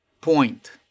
point